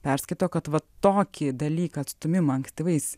perskaito kad va tokį dalyką atstūmimą ankstyvais